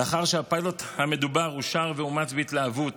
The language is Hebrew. לאחר שהפיילוט המדובר אושר ואומץ בהתלהבות